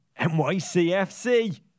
NYCFC